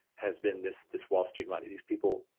has been this, this wall street money, these people,